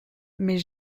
mais